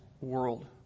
world